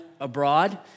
abroad